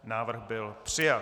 Návrh byl přijat.